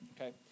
okay